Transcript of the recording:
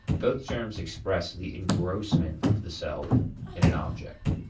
both terms express the engrossment of the self in an object.